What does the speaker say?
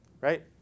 right